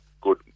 good